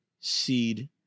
seed